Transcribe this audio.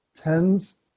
tens